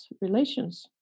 relations